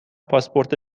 پاسپورت